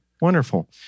Wonderful